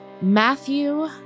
Matthew